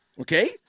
okay